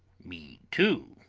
me too,